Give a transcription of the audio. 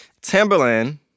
Timberland